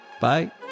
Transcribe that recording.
Bye